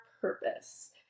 purpose